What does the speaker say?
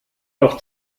doch